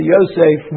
Yosef